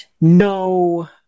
no